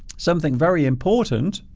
something very important